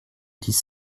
dix